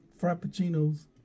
frappuccinos